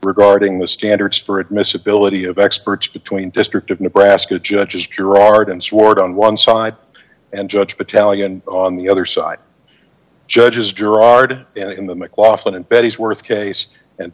regarding the standards for admissibility of experts between district of nebraska judges gerard and sward on one side and judge battalion on the other side judges gerard in the mclachlan and bettesworth case and